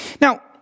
Now